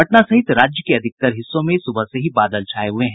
पटना सहित राज्य के अधिकतर क्षेत्रों में सुबह से ही बादल छाये हुये हैं